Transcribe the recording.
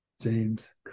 James